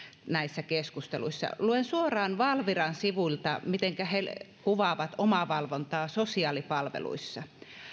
näissä keskusteluissa luen suoraan valviran sivuilta mitenkä he kuvaavat omavalvontaa sosiaalipalveluissa